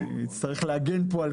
גם חזקה על